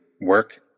work